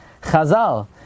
Chazal